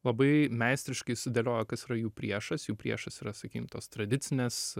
labai meistriškai sudėlioja kas yra jų priešas jų priešas yra sakykim tos tradicinės